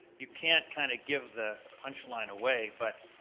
you can't kind of give the punch line away, but